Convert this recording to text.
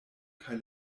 kaj